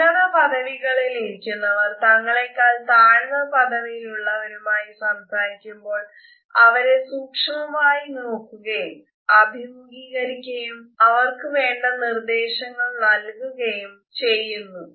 ഉന്നത പദവികളിൽ ഇരിക്കുന്നവർ തങ്ങളേക്കാൾ താഴ്ന്ന പദവിയിൽ ഉള്ളവരുമായി സംസാരിക്കുമ്പോൾ അവരെ സൂക്ഷ്മമായി നോക്കുകയും അഭിമുഖീകരിക്കുകയും അവർക്ക് വേണ്ട നിർദേശങ്ങൾ നൽകുകയും ചെയുന്നു